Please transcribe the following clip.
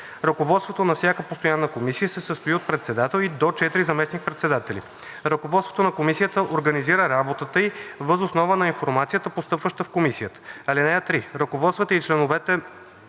Ръководството на всяка постоянна комисия се състои от председател и до 4 заместник-председатели. Ръководството на комисията организира работата ѝ въз основа на информацията, постъпваща в комисията. (3) Ръководствата и членовете